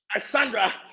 Sandra